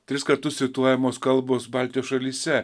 tris kartus cituojamos kalbos baltijos šalyse